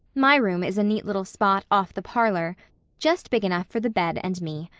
my room is a neat little spot off the parlor' just big enough for the bed and me.